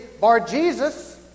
Bar-Jesus